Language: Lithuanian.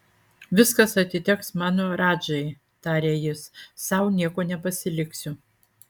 viskas atiteks mano radžai tarė jis sau nieko nepasiliksiu